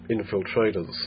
infiltrators